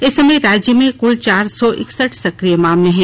इस समय राज्य में कुल चार सौ इकसठ सकिय मामले हैं